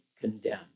condemned